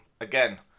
again